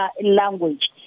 language